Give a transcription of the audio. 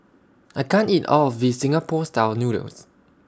I can't eat All of This Singapore Style Noodles